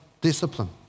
discipline